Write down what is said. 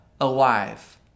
alive